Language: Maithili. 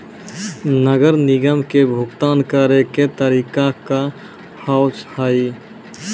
नगर निगम के भुगतान करे के तरीका का हाव हाई?